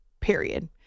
period